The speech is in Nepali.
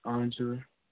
हजुर